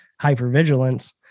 hypervigilance